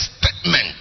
statement